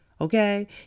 Okay